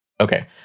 Okay